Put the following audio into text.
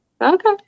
Okay